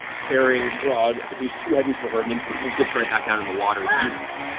carrying grog, who's too heavy for her, and then dips right back down in the water.